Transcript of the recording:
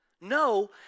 No